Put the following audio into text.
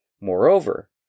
Moreover